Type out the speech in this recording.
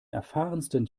erfahrensten